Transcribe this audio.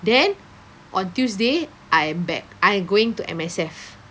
then on Tuesday I am back I'm going to M_S_F